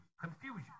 Confusion